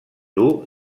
dur